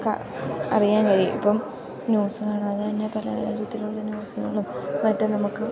അറിയാൻ കഴിയും ഇപ്പം ന്യൂസ് കാണാതെ തന്നെ പല തരത്തിലുള്ള ന്യൂസുകളും മറ്റും നമുക്ക്